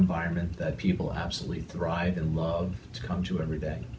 environment that people absolutely thrive and love to come to every day